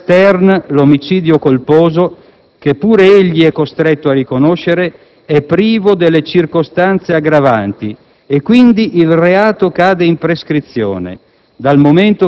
Per Stern l'omicidio colposo - che pure egli è costretto a riconoscere - è privo delle «circostanze aggravanti» e quindi il reato cade in prescrizione.